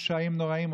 פשעים נוראיים,